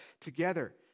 together